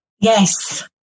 Yes